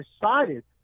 decided